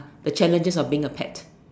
the challenges of being a pet